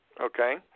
Okay